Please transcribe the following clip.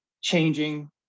changing